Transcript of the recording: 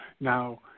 Now